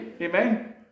Amen